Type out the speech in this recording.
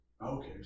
Okay